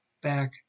back